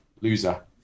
loser